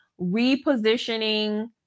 repositioning